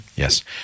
Yes